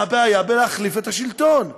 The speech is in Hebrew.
מה הבעיה בלהחליף את השלטון?